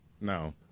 No